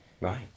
Right